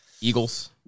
eagles